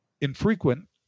infrequent